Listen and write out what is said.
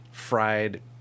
fried